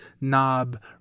Knob